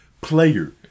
player